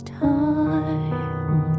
time